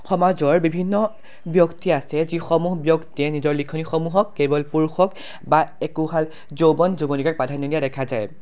সমাজৰ বিভিন্ন ব্যক্তি আছে যিসমূহ ব্যক্তিয়ে নিজৰ লিখনিসমূহক কেৱল পুৰুষক বা একোহাল যৌৱন যুৱতীকে প্ৰাধান্য দেখা যায়